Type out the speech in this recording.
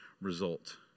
result